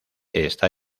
está